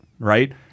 right